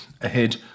ahead